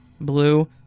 blue